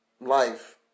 life